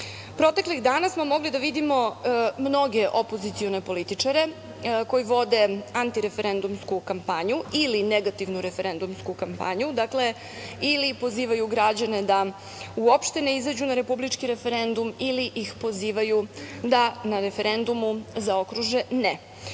istinu. Proteklih dana smo mogli da vidimo mnoge opozicione političare koji vode anti-referendumsku kampanju ili negativnu referendumsku kampanju ili pozivaju građane da uopšte ne izađu na Republičku referendum ili ih pozivaju da na referendumu zaokruže